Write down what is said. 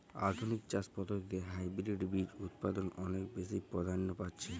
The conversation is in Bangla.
আধুনিক চাষ পদ্ধতিতে হাইব্রিড বীজ উৎপাদন অনেক বেশী প্রাধান্য পাচ্ছে